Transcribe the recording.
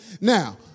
now